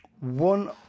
one